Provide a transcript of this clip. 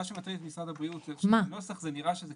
מה שמטריד את משרד הבריאות זה שבנוסח זה נראה שזה